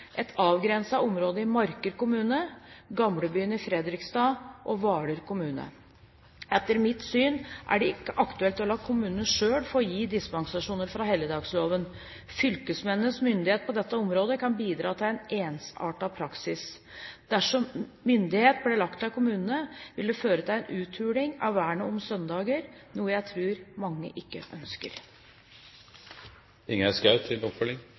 et avgrenset område i Marker kommune, Gamlebyen i Fredrikstad og Hvaler kommune. Etter mitt syn er det ikke aktuelt å la kommunene selv få gi dispensasjoner fra helligdagsfredloven. Fylkesmennenes myndighet på dette området kan bidra til en ensartet praksis. Dersom myndighet ble lagt til kommunene, ville dette kunne føre til en uthuling av vernet om søndagen, noe jeg tror mange ikke ønsker.